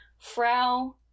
Frau